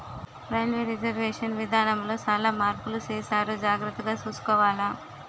railway reservation విధానములో సాలా మార్పులు సేసారు జాగర్తగ సూసుకోవాల